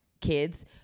kids